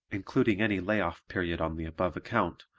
including any lay-off period on the above account,